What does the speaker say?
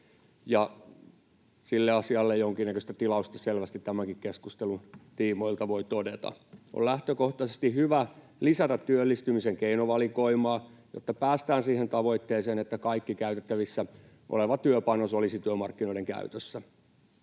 sille asialle jonkinnäköistä tilausta selvästi tämänkin keskustelun tiimoilta voi todeta. On lähtökohtaisesti hyvä lisätä työllistymisen keinovalikoimaa, jotta päästään siihen tavoitteeseen, että kaikki käytettävissä oleva työpanos olisi työmarkkinoiden käytössä.